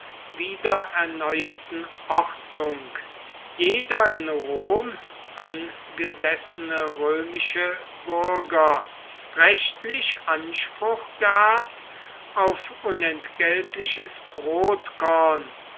wiedererneuerten ordnung jeder in rom angesessene römische bürger rechtlich anspruch gehabt auf unentgeltliches brotkorn